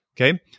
Okay